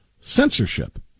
censorship